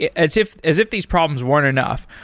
as if as if these problems weren't enough.